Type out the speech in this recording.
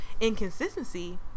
inconsistency